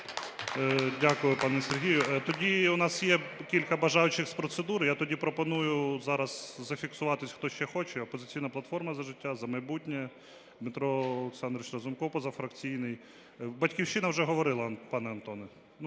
Дякую, пане Сергію. Тоді у нас є кілька бажаючих з процедури, я тоді пропоную зараз зафіксуватись, хто ще хоче. "Опозиційна платформа – За життя", "Партія "За майбутнє", Дмитро Олександрович Разумков позафракційний. "Батьківщина" вже говорила, пане Антоне,